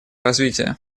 развития